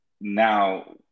now